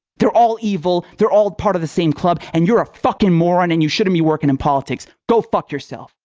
they're all evil, they're all apart of the same club and you're a fucking moron, and you shouldn't be working in politics. go fuck yourself.